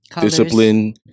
Discipline